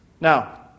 Now